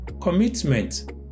Commitment